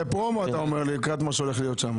אתה אומר שזה פרומו לקראת מה שהולך להיות שם.